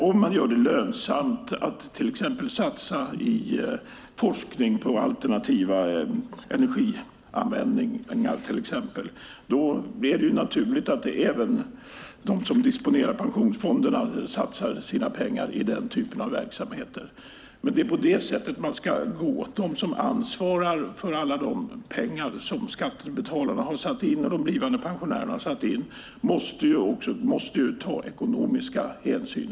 Om man gör det lönsamt att till exempel satsa i forskning på alternativa energianvändningar blir det naturligt att även de som disponerar pensionsfonderna satsar sina pengar i den typen av verksamheter. Det är på det sättet man ska gå åt dem som ansvarar för alla de pengar som skattebetalarna och de blivande pensionärerna har satt in. De måste ju ta ekonomiska hänsyn.